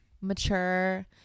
Mature